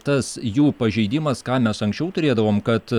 tas jų pažeidimas ką mes anksčiau turėdavom kad